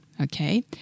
okay